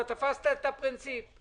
אתה תפסת את הפרינציפ.